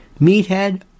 Meathead